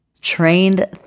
trained